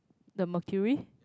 the mercury